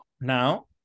Now